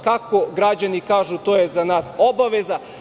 Kako građani kažu, to je za nas obaveza.